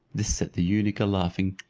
this set the eunuch a laughing,